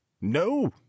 No